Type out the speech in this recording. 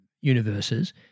universes